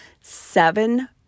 seven